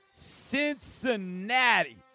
Cincinnati